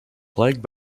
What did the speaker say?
plagued